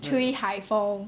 吹海风